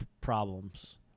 problems